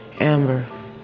Amber